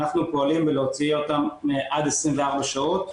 אנחנו פועלים להוציא אותם עד 24 שעות,